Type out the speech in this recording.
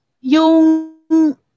yung